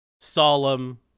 solemn